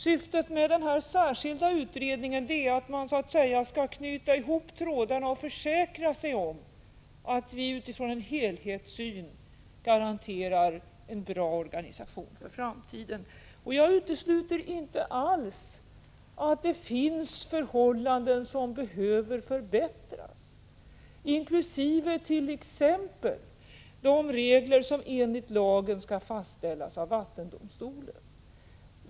Syftet med den särskilda utredningen är att man så att säga skall knyta ihop trådarna och försäkra sig om att vi utifrån en helhetssyn garanterar en bra organisation för framtiden. Jag utesluter inte alls att det finns förhållanden som behöver förbättras, inkl. t.ex. de regler som enligt lagen skall fastställas av vattendomstolen.